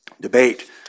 debate